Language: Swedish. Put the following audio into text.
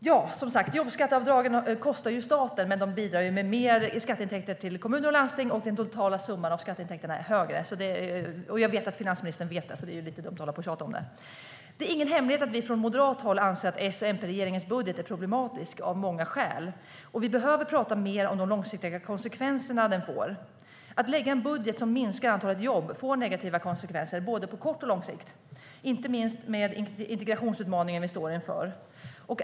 Fru talman! Jobbskatteavdragen kostar för staten, men de bidrar med mer i skatteintäkter till kommuner och landsting. Den totala summan av skatteintäkterna är högre. Jag vet att finansministern vet det, så det är lite dumt att tjata om det. Det är ingen hemlighet att vi från moderat håll anser att S-MP-regeringens budget är problematisk av många skäl. Vi behöver prata mer om de långsiktiga konsekvenserna budgeten får. Att lägga en budget som minskar antalet jobb får negativa konsekvenser på både kort och lång sikt, inte minst med integrationsutmaningen vi står inför.